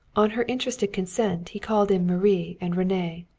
on her interested consent he called in marie and rene,